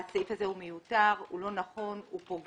הסעיף הזה הוא מיותר, הוא לא נכון, הוא פוגע.